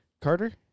Carter